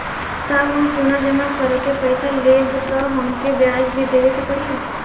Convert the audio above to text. साहब हम सोना जमा करके पैसा लेब त हमके ब्याज भी देवे के पड़ी?